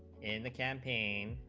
in the campaign